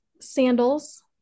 sandals